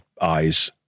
eyes